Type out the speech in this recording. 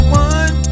one